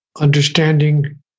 Understanding